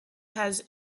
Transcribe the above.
has